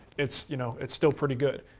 it's you know it's still pretty good.